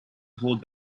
hold